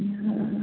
ହଉ